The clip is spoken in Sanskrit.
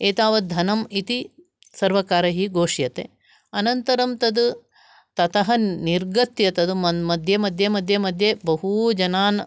एतावत् धनम् इति सर्वकारैः घोष्यते अनन्तरं तद् ततः निर्गत्य तत् मध्ये मध्ये मध्ये मध्ये बहू जनान्